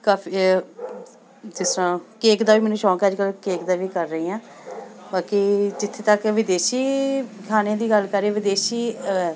ਕਾਫੀ ਜਿਸ ਤਰ੍ਹਾਂ ਕੇਕ ਦਾ ਵੀ ਮੈਨੂੰ ਸ਼ੌਕ ਅੱਜ ਕੱਲ੍ਹ ਕੇਕ ਦਾ ਵੀ ਕਰ ਰਹੀ ਹਾਂ ਬਾਕੀ ਜਿੱਥੇ ਤੱਕ ਵਿਦੇਸ਼ੀ ਖਾਣੇ ਦੀ ਗੱਲ ਕਰੀਏ ਵਿਦੇਸ਼ੀ